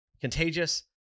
Contagious